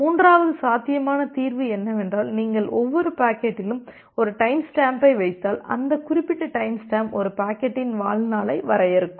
மூன்றாவது சாத்தியமான தீர்வு என்னவென்றால் நீங்கள் ஒவ்வொரு பாக்கெட்டிலும் ஒரு டைம்ஸ்டாம்ப்பை வைத்தால் அந்த குறிப்பிட்ட டைம்ஸ்டாம்ப் ஒரு பாக்கெட்டின் வாழ்நாளை வரையறுக்கும்